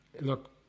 look